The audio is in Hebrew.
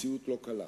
מציאות לא קלה,